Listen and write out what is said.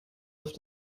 auf